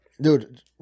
Dude